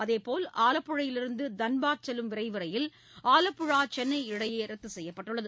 அதேபோல் ஆவப்புழையிலிருந்து தன்பாத் செல்லும் விரைவு ரயில் ஆவப்புழா சென்னை இடையே ரத்து செய்யப்பட்டுள்ளது